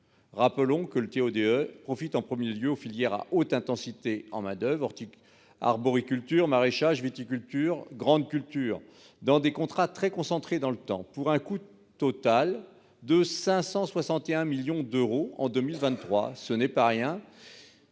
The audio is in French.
Rappelons que le dispositif TO-DE profite en premier lieu aux filières à haute intensité en main-d'oeuvre- arboriculture, maraîchage, viticulture, grandes cultures -au travers de contrats très concentrés dans le temps, pour un coût total de 561 millions d'euros en 2023- ce n'est pas rien !